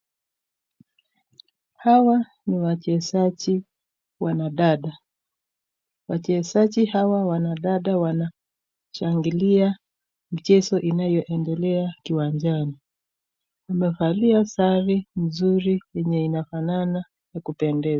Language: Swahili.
Hawa ni wachezaji wanadada wachezaji hawa wanadada wanashangilia michezo inayoendelea kiwanjani. Wamevalia sare mzuri yenye inafanana ya kupendeza.